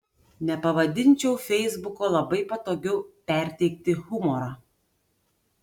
nepavadinčiau feisbuko labai patogiu perteikti humorą